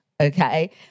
Okay